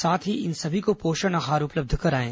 साथ ही इन सभी को पोषण आहार उपलब्ध कराएं